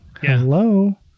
Hello